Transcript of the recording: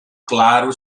claro